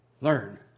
learn